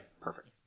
perfect